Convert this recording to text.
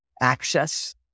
access